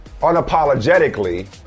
unapologetically